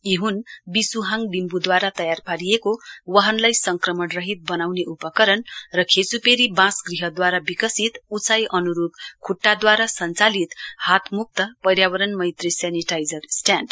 यी हुन वीश् हाङ लिम्बुद्वारा तयार पारिएको वाहनलाई संक्रमणरहित बनाउने उपकरण र खेच्पेरी बाँस गृहद्वारा विकसित उचाई अन्रूप खट्टाद्वारा संचालित हातमुक्त पर्यावरणमेत्री सेनिटाइजर स्ट्याण्ड